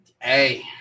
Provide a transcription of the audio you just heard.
Hey